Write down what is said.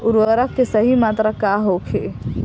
उर्वरक के सही मात्रा का होखे?